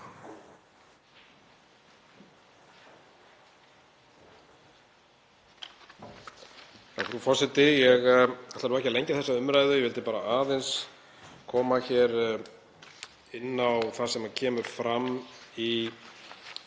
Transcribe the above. Frú forseti. Ég ætla nú ekki að lengja þessa umræðu. Ég vildi bara aðeins koma inn á það sem kemur fram í